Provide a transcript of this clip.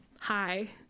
hi